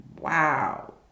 wow